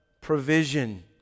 provision